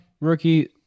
Rookie